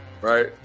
Right